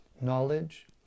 knowledge